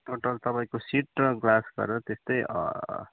total तपाईँको seat र glass गरेर त्यस्तै